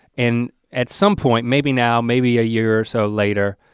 and at some point, maybe now maybe a year or so later.